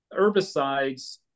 herbicides